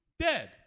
dead